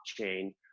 blockchain